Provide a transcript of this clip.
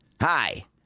hi